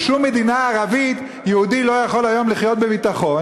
בשום מדינה ערבית יהודי לא יכול היום לחיות בביטחון.